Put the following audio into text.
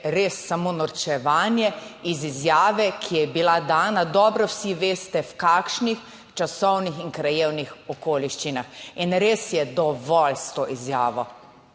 res samo norčevanje iz izjave, ki je bila dana. Dobro vsi veste, v kakšnih časovnih in krajevnih okoliščinah. In res je dovolj s to izjavo.